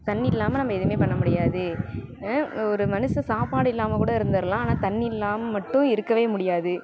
தண்ணி இல்லாமல் நம்ம எதுவுமே பண்ண முடியாது ஒரு மனுஷன் சாப்பாடு இல்லாமல் கூட இருந்துடலாம் ஆனால் தண்ணி இல்லாமல் மட்டும் இருக்கவே முடியாது